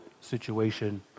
situation